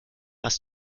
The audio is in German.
was